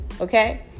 Okay